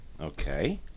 Okay